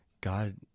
God